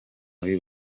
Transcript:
muri